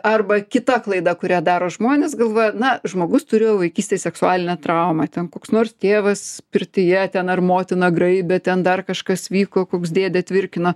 arba kita klaida kurią daro žmonės galvoja na žmogus turėjo vaikystėj seksualinę traumą ten koks nors tėvas pirtyje ten ar motina graibė ten dar kažkas vyko koks dėdė tvirkino